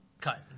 Cut